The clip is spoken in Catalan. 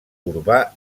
urbà